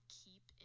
keep